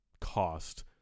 cost